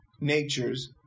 natures